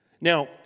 Now